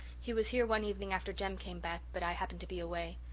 he was here one evening after jem came back but i happened to be away.